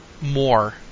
more